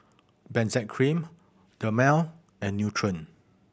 Benzac Cream Dermale and Nutren